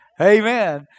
Amen